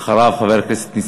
חבר הכנסת דוד אזולאי,